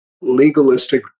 legalistic